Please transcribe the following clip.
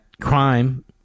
crime